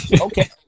okay